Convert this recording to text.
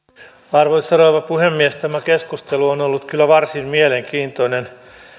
arvoisa rouva puhemies tämä keskustelu on ollut kyllä varsin mielenkiintoinen